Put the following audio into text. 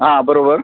हां बरोबर